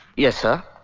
yes, sir.